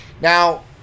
Now